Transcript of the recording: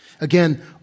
Again